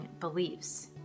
beliefs